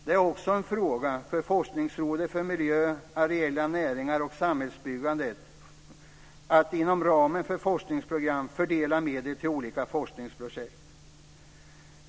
Det är också en fråga för Forskningsrådet för miljö, areella näringar och samhällsbyggande att inom ramen för forskningsprogram fördela medel till olika forskningsprojekt.